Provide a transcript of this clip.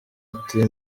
ati